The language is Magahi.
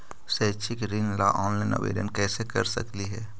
शैक्षिक ऋण ला ऑनलाइन आवेदन कैसे कर सकली हे?